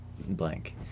blank